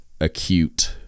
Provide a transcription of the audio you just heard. acute